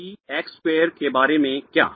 D X square के बारे में क्या